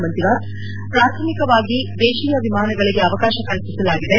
ಮಂಜುನಾಥ್ ಪ್ರಾಥಮಿಕವಾಗಿ ದೇಶೀಯ ವಿಮಾನಗಳಗೆ ಅವಕಾಶ ಕಲ್ಪಿಸಲಾಗಿದೆ